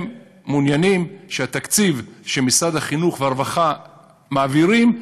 הם מעוניינים שהתקציב שמשרד החינוך ומשרד הרווחה מעבירים,